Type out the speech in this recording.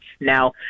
Now